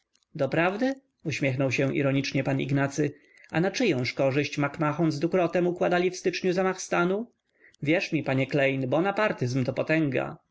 doprawdy uśmiechnął się ironicznie p ignacy a na czyjąż korzyść mac-mahon z ducrotem układali w styczniu zamach stanu wierz mi panie klejn bonapartyzm to potęga